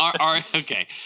Okay